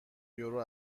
یورو